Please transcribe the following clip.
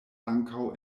ankaŭ